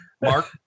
mark